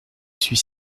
suis